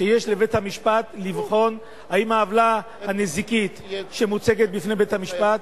שיש לבית-המשפט לבחון אם העוולה הנזיקית שמוצגת בפני בית-המשפט